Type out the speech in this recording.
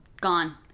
Gone